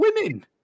women